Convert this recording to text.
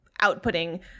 outputting